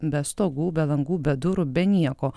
be stogų be langų be durų be nieko